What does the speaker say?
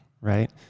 right